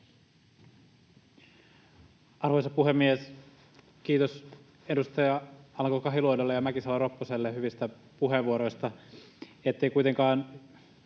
Arvoisa puhemies! Kiitos edustaja Alanko-Kahiluodolle ja edustaja Mäkisalo-Ropposelle hyvistä puheenvuoroista.